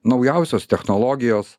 naujausios technologijos